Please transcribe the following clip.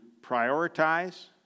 prioritize